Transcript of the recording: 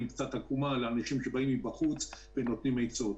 קצת עקומה על אנשים שבאים מבחוץ ונותנים עצות.